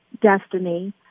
destiny